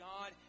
God